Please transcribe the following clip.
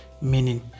meaning